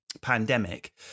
pandemic